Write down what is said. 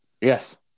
Yes